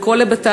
על כל היבטיו